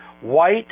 white